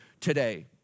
today